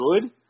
good